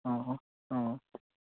অঁ অঁ